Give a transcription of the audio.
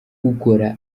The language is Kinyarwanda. ukora